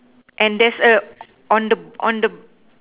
and there's a on the on the